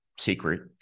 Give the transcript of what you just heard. secret